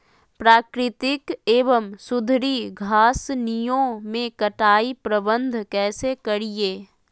प्राकृतिक एवं सुधरी घासनियों में कटाई प्रबन्ध कैसे करीये?